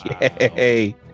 Yay